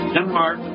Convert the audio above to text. Denmark